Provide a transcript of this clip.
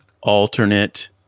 alternate